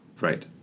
Right